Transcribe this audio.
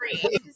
three